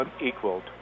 unequaled